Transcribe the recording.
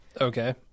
Okay